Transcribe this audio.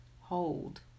Hold